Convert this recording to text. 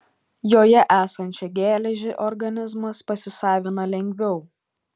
joje esančią geležį organizmas pasisavina lengviau